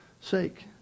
sake